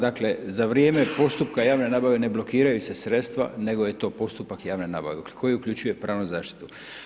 Dakle, za vrijeme postupka javne nabave ne blokiraju se sredstva nego je to postupak javne nabave koji uključuje pravnu zaštitu.